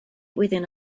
within